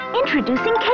introducing